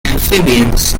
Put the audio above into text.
amphibians